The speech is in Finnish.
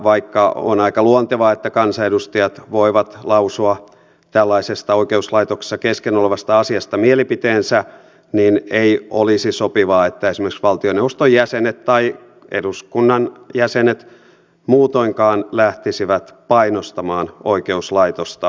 vaikka on aika luontevaa että kansanedustajat voivat lausua tällaisesta oikeuslaitoksessa kesken olevasta asiasta mielipiteensä niin ei olisi sopivaa että esimerkiksi valtioneuvoston jäsenet tai eduskunnan jäsenet muutoinkaan lähtisivät painostamaan oikeuslaitosta yksittäistapauksessa